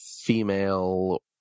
female